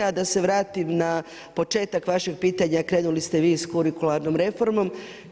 A da se vratim na početak vašeg pitanja, krenuli ste vi sa kurikularnom reformom.